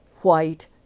white